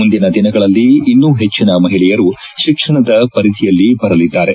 ಮುಂದಿನ ದಿನಗಳಲ್ಲಿ ಇನ್ನೂ ಹೆಚ್ಚಿನ ಮಹಿಳೆಯರು ಶಿಕ್ಷಣದ ಪರಿಧಿಯಲ್ಲಿ ಬರಲಿದ್ದಾರೆ